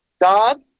dog